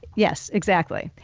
yes, exactly.